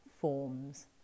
forms